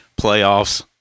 playoffs